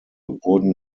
wurden